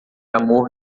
amor